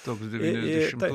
toks devyniasdešimtų